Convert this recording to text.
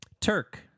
Turk